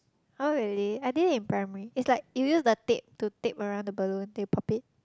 oh really I did it in primary it's like you use the tape to tape around the balloon then you pop it